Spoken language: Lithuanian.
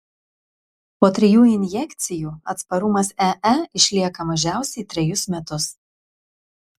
po trijų injekcijų atsparumas ee išlieka mažiausiai trejus metus